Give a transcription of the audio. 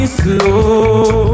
slow